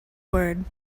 word